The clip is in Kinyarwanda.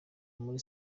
muri